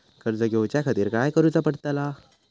कर्ज घेऊच्या खातीर काय करुचा पडतला?